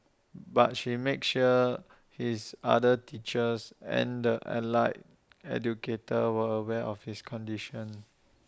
but she made sure his other teachers and the allied educator were aware of his condition